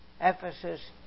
Ephesus